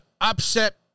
upset